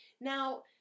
Now